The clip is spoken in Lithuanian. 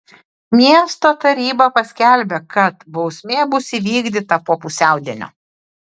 miesto taryba paskelbė kad bausmė bus įvykdyta po pusiaudienio